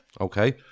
Okay